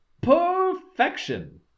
Perfection